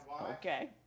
Okay